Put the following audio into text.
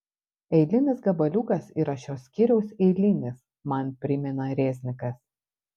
eilinis gabaliukas yra šio skyriaus eilinis man primena reznikas